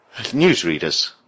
Newsreaders